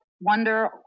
wonder